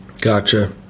Gotcha